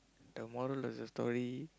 the moral of the story